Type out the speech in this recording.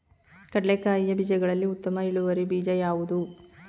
ಕಡ್ಲೆಕಾಯಿಯ ಬೀಜಗಳಲ್ಲಿ ಉತ್ತಮ ಇಳುವರಿ ಬೀಜ ಯಾವುದು?